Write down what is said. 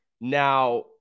Now